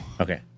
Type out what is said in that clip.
Okay